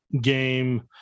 game